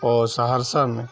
اوہ سہرسہ میں